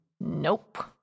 Nope